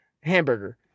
hamburger